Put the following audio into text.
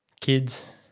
Kids